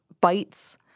bites